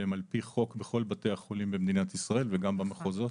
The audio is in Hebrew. שהן על פי חוק בכל בתי החולים במדינת ישראל וגם במחוזות.